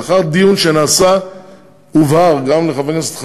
לאחר דיון בנושא הובהר, גם לחבר הכנסת חסון,